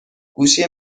گوشی